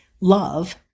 love